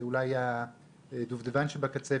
זה אולי הדובדבן שבקצפת.